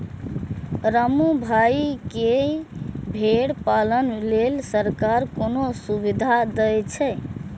रामू भाइ, की भेड़ पालन लेल सरकार कोनो सुविधा दै छै?